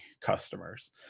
customers